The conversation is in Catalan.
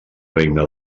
regne